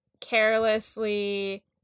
carelessly